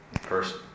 First